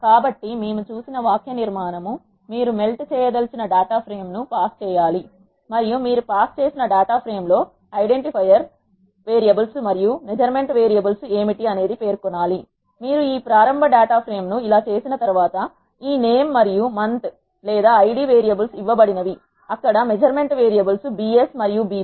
కాబట్టి మేము చూసిన వాక్యనిర్మాణం మీరు మెల్ట్ చేయదలచిన డేటా ఫ్రేమ్ ను పాస్ చేయాలి మరియు మీరు పాస్ చేసిన డేటా ప్రేమ్ లో ఐడెంటిఫైయర్ వేరియబుల్స్ మరియు మెజర్మెంట్ వేరియబుల్స్ ఏమిటి అనేది పేర్కొనాలి మీరు ఈ ప్రారంభ డేటా ఫ్రేమ్ ను ఇలా చేసిన తర్వాత ఈ నేమ్ మరియు మంత్ లేదా ఐ డి వేరియబుల్స్ ఇవ్వబడినవి అక్కడ మెజర్మెంట్ వేరియబుల్స్ BS మరియు BP